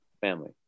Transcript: family